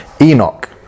enoch